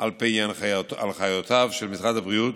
על פי הנחיותיו של משרד הבריאות,